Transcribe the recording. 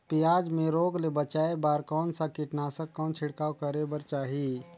पियाज मे रोग ले बचाय बार कौन सा कीटनाशक कौन छिड़काव करे बर चाही?